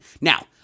now